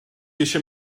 eisiau